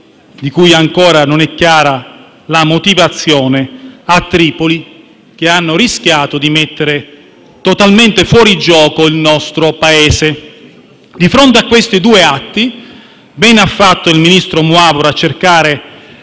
di cui ancora non è chiara la motivazione, che hanno rischiato di mettere totalmente fuori gioco il nostro Paese. Di fronte a questi due eventi bene ha fatto il ministro Moavero